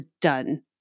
done